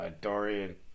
Dorian